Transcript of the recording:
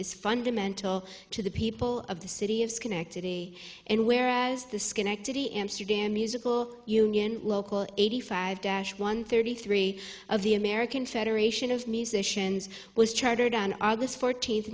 is fundamental to the people of the city of schenectady and whereas the schenectady amsterdam musical union local eighty five dash one thirty three of the american federation of musicians was chartered on august fourteenth